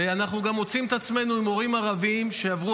ואנחנו גם מוצאים את עצמנו עם מורים ערבים שעברו